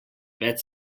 več